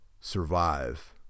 survive